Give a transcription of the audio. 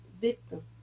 victim